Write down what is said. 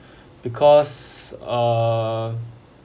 because err